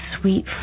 sweet